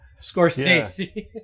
Scorsese